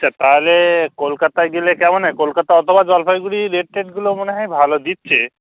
আচ্ছা তাহলে কলকাতা গেলে কেমন হয় কলকাতা অথবা জলপাইগুড়ি রেট টেটগুলো মনে হয় ভালো দিচ্ছে